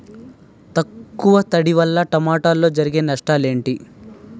తక్కువ తడి వల్ల టమోటాలో జరిగే నష్టాలేంటి?